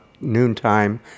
noontime